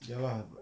ya lah but